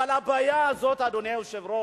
אבל הבעיה הזאת, אדוני היושב-ראש